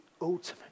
ultimate